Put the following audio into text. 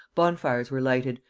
bonfires were lighted,